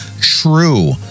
true